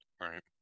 right